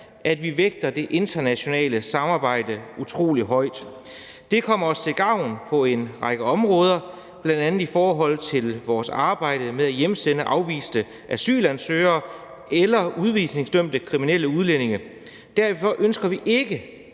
at vi vægter det internationale samarbejde utrolig højt. Det kommer os til gavn på en række områder, bl.a. i forhold til vores arbejde med at hjemsende afviste asylansøgere eller udvisningsdømte kriminelle udlændinge. Derfor ønsker vi ikke